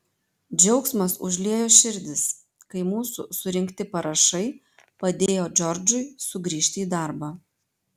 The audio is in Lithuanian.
džiaugsmas užliejo širdis kai mūsų surinkti parašai padėjo džordžui sugrįžti į darbą